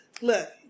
Look